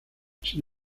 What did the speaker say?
sin